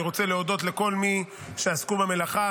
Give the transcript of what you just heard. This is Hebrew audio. אני רוצה להודות לכל מי שעסקו במלאכה.